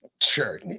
Sure